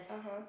(uh huh)